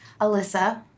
Alyssa